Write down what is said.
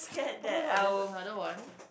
oh-my-God there's another one